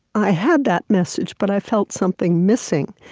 i had that message, but i felt something missing.